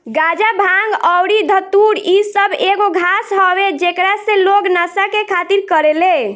गाजा, भांग अउरी धतूर इ सब एगो घास हवे जेकरा से लोग नशा के खातिर करेले